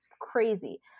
crazy